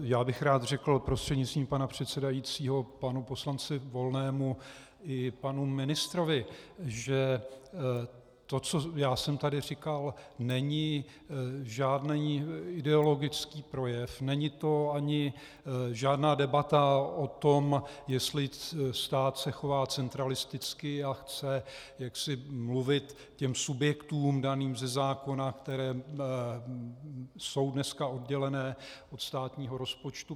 Já bych rád řekl prostřednictvím pana předsedajícího panu poslanci Volnému i panu ministrovi, že to, co já jsem tady říkal, není žádný ideologický projev, není to ani žádná debata o tom, jestli stát se chová centralisticky a chce jaksi mluvit těm subjektům, daným ze zákona, které jsou dnes prakticky oddělené od státního rozpočtu.